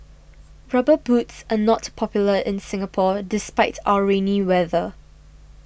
rubber boots are not popular in Singapore despite our rainy weather